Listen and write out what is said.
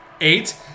Eight